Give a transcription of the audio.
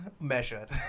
measured